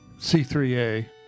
C3A